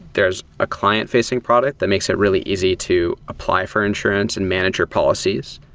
there's a client facing product that makes it really easy to apply for insurance and manager policies.